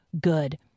good